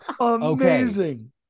Amazing